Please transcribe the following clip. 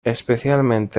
especialmente